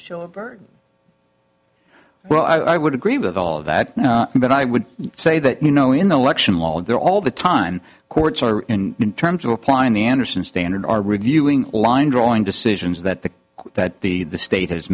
show a birth well i would agree with all of that but i would say that you know in the election law there are all the time courts are in terms of applying the andersen standard or reviewing line drawing decisions that the that the state has